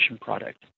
product